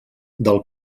del